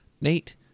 Nate